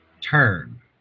turn